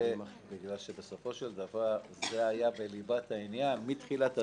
בגלל שבסופו של דבר זה היה בליבת העניין מתחילת הדרך.